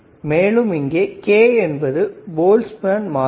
மேலும் இங்கே K என்பது போல்ஸ்மேன் மாறிலி